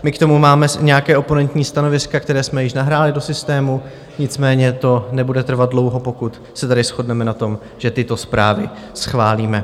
My k tomu máme nějaká oponentní stanoviska, která jsme již nahráli do systému, nicméně to nebude trvat dlouho, pokud se tady shodneme na tom, že tyto zprávy schválíme.